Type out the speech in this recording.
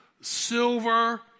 silver